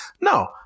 No